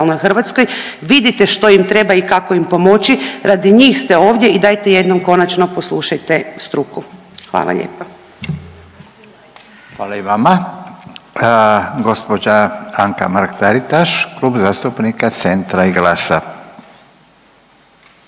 Hrvatskoj, vidite što im treba i kako im pomoći, radi njih ste ovdje i dajte jednom konačno poslušajte struku. Hvala lijepa. **Radin, Furio (Nezavisni)** Hvala i vama. Gospođa Anka Mrak Taritaš, Klub zastupnika Centra i GLAS-a.